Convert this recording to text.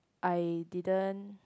I didn't